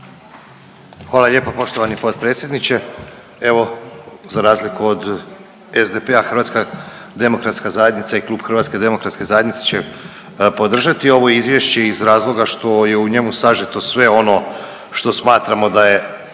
Hvala lijepa poštovani potpredsjedniče. Evo za razliku od SDP, Hrvatska demokratska zajednica i klub Hrvatske demokratske zajednice će podržati ovo izvješće iz razloga što je u njemu sažeto sve ono što smatramo da je